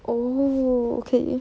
oh okay